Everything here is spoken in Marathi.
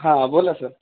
हां बोला सर